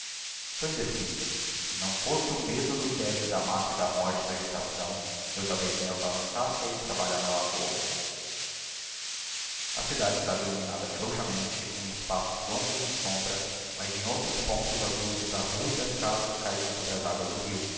estou indeciso e não fosse o medo do tédio da matta e da morte da agitação eu talvez me abalançasse a ir trabalhar na lavoura a cidade estava illuminada frouxamente com espaços longos de sombra mas em outros pontos as luzes da rua e das casas cahiam sobre as aguas do rio